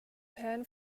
pan